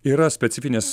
yra specifinės